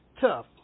tough